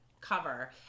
cover